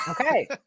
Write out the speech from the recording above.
okay